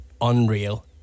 unreal